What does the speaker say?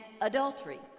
adultery